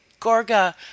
Gorga